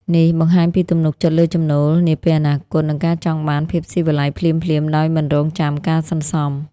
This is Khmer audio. នេះបង្ហាញពីទំនុកចិត្តលើចំណូលនាពេលអនាគត និងការចង់បានភាពស៊ីវិល័យភ្លាមៗដោយមិនរង់ចាំការសន្សំ។